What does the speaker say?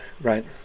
Right